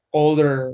older